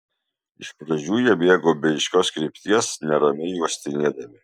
iš pradžių jie bėgo be aiškios krypties neramiai uostinėdami